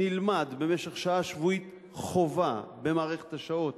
נלמד במשך שעה שבועית חובה במערכת השעות